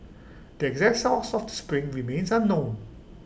the exact source of the spring remains unknown